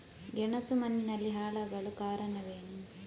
ಗೆಣಸು ಮಣ್ಣಿನಲ್ಲಿ ಹಾಳಾಗಲು ಕಾರಣವೇನು?